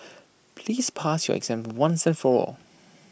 please pass your exam once and for all